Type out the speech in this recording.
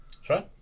Sure